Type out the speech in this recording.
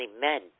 men